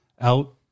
out